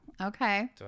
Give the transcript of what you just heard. Okay